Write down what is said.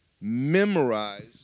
memorize